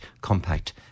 compact